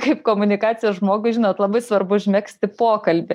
kaip komunikacijos žmogui žinot labai svarbu užmegzti pokalbį